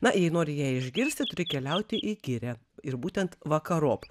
na jei nori ją išgirsti turi keliauti į girią ir būtent vakarop